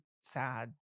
sad